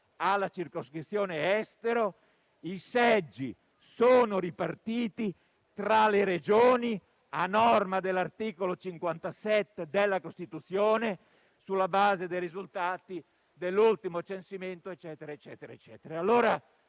alla circoscrizione estero, i seggi sono ripartiti tra le Regioni a norma dell'articolo 57 della Costituzione, sulla base dei risultati dell'ultimo censimento. Qualcuno, ancora,